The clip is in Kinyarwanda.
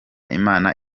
imana